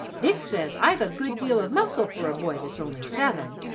dick says i've a good deal of muscle for a boy that's only seven.